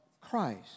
Christ